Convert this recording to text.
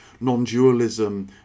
non-dualism